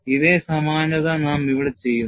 ഇതേ സമാനത നാം ഇവിടെ ചെയ്യുന്നു